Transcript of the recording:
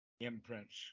imprints